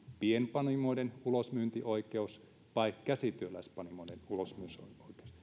pienpanimoiden ulosmyyntioikeus vai käsityöläispanimoiden ulosmyyntioikeus